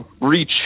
reach